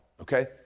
okay